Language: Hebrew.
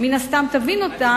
ומן הסתם תבין אותה.